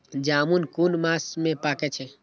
जामून कुन मास में पाके छै?